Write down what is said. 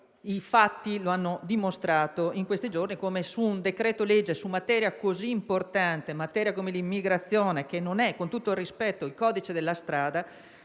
i fatti hanno dimostrato in questi giorni come su un decreto-legge su una materia così importante come l'immigrazione, che non è - con tutto il rispetto - il codice della strada,